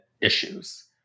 issues